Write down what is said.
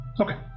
Okay